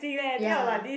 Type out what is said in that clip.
ya